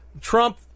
Trump